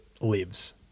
lives